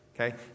Okay